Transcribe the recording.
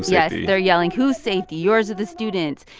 yes, they're yelling, whose safety, yours or the students'?